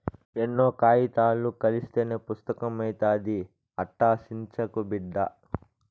ఎన్నో కాయితాలు కలస్తేనే పుస్తకం అయితాది, అట్టా సించకు బిడ్డా